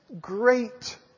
great